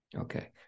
Okay